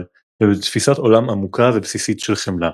ובתפיסת עולם עמוקה ובסיסית של חמלה.